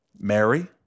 Mary